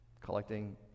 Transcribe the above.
collecting